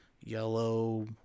yellow